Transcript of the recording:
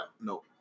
no